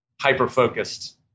hyper-focused